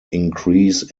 increase